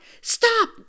Stop